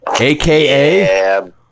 AKA